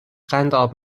قنداب